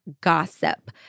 gossip